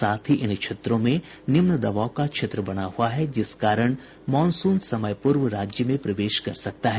साथ ही इन क्षेत्रों में निम्न दवाब का क्षेत्र बना हुआ है जिस कारण मॉनसून समय पूर्व राज्य में प्रवेश कर सकता है